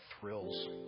thrills